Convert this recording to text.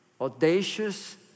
Audacious